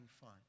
fun